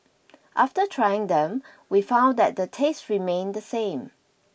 after trying them we found that the taste remained the same